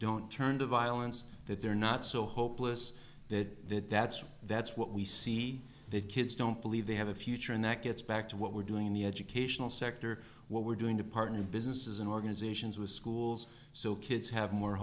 don't turn to violence that they're not so hopeless that that's that's what we see that kids don't believe they have a future and that gets back to what we're doing in the educational sector what we're doing to partner businesses and organizations with schools so kids have more